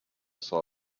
saw